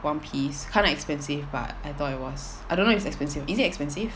one piece kinda expensive but I thought it was I don't know it's expensive is it expensive